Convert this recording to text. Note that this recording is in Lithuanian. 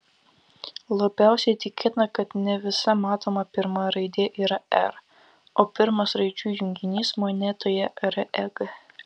labiausiai tikėtina kad ne visa matoma pirma raidė yra r o pirmas raidžių junginys monetoje reg